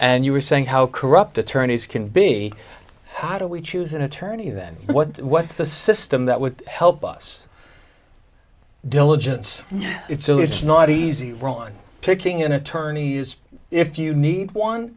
and you were saying how corrupt attorneys can be how do we choose an attorney then what what's the system that would help us diligence it's so it's not easy on picking an attorney is if you need one